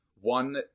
one